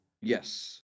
Yes